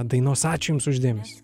dainos ačiū jums už dėmesį